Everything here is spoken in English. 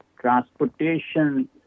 transportation